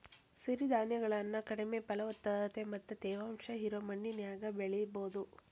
ಸಿರಿಧಾನ್ಯಗಳನ್ನ ಕಡಿಮೆ ಫಲವತ್ತತೆ ಮತ್ತ ತೇವಾಂಶ ಇರೋ ಮಣ್ಣಿನ್ಯಾಗು ಬೆಳಿಬೊದು